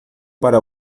para